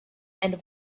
and